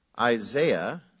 Isaiah